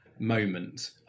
Moment